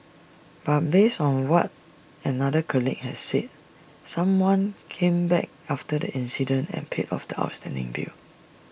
but based on what another colleague had said someone came back after the incident and paid off the outstanding bill